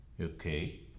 Okay